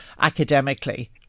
academically